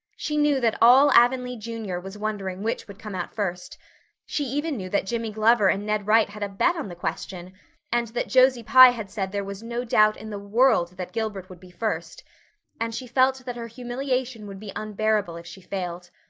she knew that all avonlea junior was wondering which would come out first she even knew that jimmy glover and ned wright had a bet on the question and that josie pye had said there was no doubt in the world that gilbert would be first and she felt that her humiliation would be unbearable if she failed.